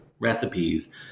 recipes